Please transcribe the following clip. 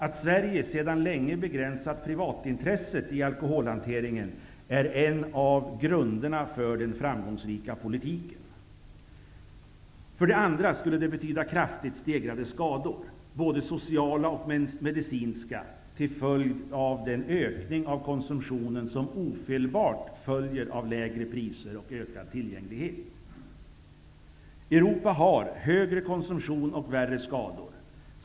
Att Sverige sedan länge begränsat privatintresset i alkoholhanteringen är en av grunderna för den framgångsrika politiken. För det andra skulle det betyda kraftigt stegrade skador, både sociala och medicinska, till följd av den ökning av konsumtionen som ofelbart följer av lägre priser och ökad tillgänglighet. Europa har högre konsumtion och värre skador.